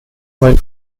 while